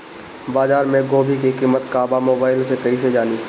बाजार में गोभी के कीमत का बा मोबाइल से कइसे जानी?